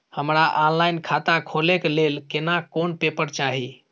हमरा ऑनलाइन खाता खोले के लेल केना कोन पेपर चाही?